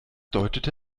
deutete